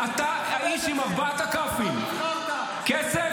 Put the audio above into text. אתה האיש עם ארבעת הכ"פים, כסף,